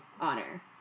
honor